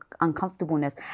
uncomfortableness